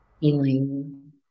feeling